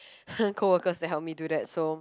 coworkers to help me do that so